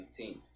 2019